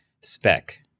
spec